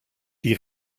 die